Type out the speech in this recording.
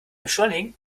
beschleunigen